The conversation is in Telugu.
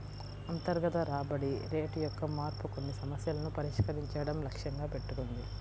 అంతర్గత రాబడి రేటు యొక్క మార్పు కొన్ని సమస్యలను పరిష్కరించడం లక్ష్యంగా పెట్టుకుంది